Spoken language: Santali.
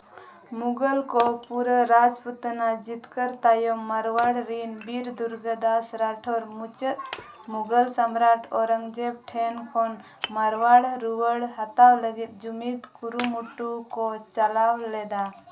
ᱢᱩᱜᱷᱚᱞ ᱠᱚ ᱯᱩᱨᱟᱹ ᱨᱟᱡᱽ ᱯᱩᱛᱟᱹᱱᱟ ᱡᱤᱛᱠᱟᱹᱨ ᱛᱟᱭᱚᱢ ᱢᱟᱨᱣᱟᱲ ᱨᱮᱱ ᱵᱤᱨ ᱫᱩᱨᱜᱟᱹᱫᱟᱥ ᱨᱟᱴᱷᱳᱨ ᱢᱩᱪᱟᱹᱫ ᱢᱩᱜᱷᱚᱞ ᱥᱚᱢᱨᱟᱴ ᱳᱨᱚᱝᱡᱮᱵ ᱴᱷᱮᱱ ᱠᱷᱚᱱ ᱢᱟᱨᱣᱟᱲ ᱨᱩᱣᱟᱹᱲ ᱦᱟᱛᱟᱣ ᱞᱟᱹᱜᱤᱫ ᱡᱩᱢᱤᱫ ᱠᱩᱨᱩᱢᱩᱴᱩ ᱠᱚ ᱪᱟᱞᱟᱣ ᱞᱮᱫᱟ